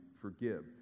forgive